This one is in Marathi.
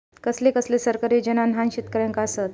कसले कसले सरकारी योजना न्हान शेतकऱ्यांना आसत?